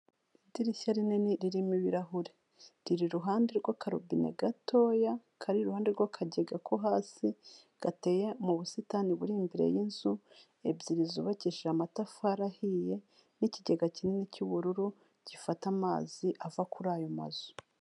Idirishya rinini ririmo ibirahure. Riri iruhande rw'akarobine gatoya, kari iruhande rw'akagega ko hasi, gateye mu busitani buri imbere y'inzu ebyiri zubakije amatafari ahiye n'ikigega kinini cy'ubururu, gifata amazi ava kuri ayo mazu.